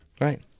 Right